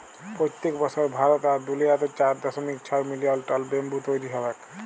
পইত্তেক বসর ভারত আর দুলিয়াতে চার দশমিক ছয় মিলিয়ল টল ব্যাম্বু তৈরি হবেক